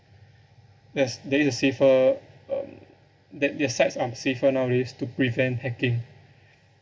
there's there is a safer um their their sites are safer nowadays to prevent hacking